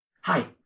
Hi